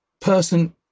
person